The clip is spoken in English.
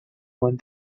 when